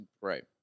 Right